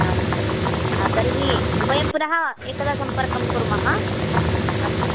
अस्तु तर्हि वयं पुनः एकदा सम्पर्कं कुर्मः अस्तु